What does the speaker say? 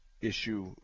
issue